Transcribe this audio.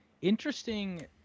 interesting